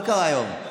מה קרה היום?